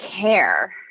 care